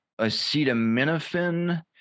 Acetaminophen